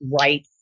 right